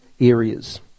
areas